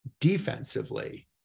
defensively